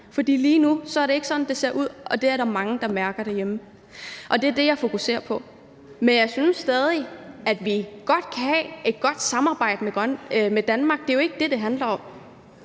for lige nu er det ikke sådan, det ser ud, og det er der mange, der mærker derhjemme. Og det er det, jeg fokuserer på. Men jeg synes stadig, at vi godt kan have et godt samarbejde med Danmark – det er jo ikke det, det handler om